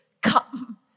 Come